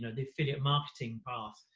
the affiliate marketing path,